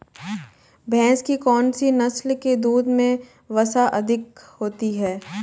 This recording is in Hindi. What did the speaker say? भैंस की कौनसी नस्ल के दूध में वसा अधिक होती है?